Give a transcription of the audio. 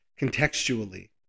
contextually